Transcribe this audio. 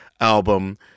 album